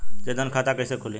जनधन खाता कइसे खुली?